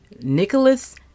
Nicholas